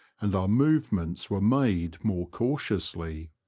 and our movements were made more cautiously.